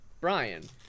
Brian